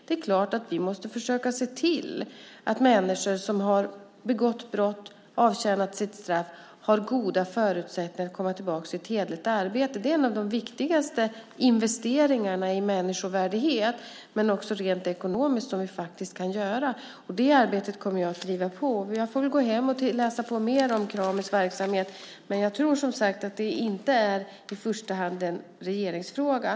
Det är klart att vi måste försöka se till att människor som har begått brott och har avtjänat sitt straff har goda förutsättningar att komma tillbaka till ett hederligt arbete. Det är en av de viktigaste investeringarna i människovärdighet som vi faktiskt kan göra - det är viktigt också rent ekonomiskt. Det arbetet kommer jag att driva på. Jag får väl gå hem och läsa på mer om Kramis verksamhet. Men jag tror, som sagt, att det inte i första hand är en regeringsfråga.